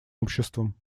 обществом